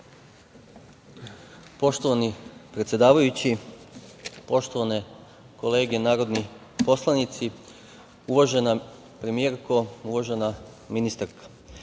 Poštovani predsedavajući, poštovane kolege narodni poslanici, uvažene premijerko, uvažena ministarka,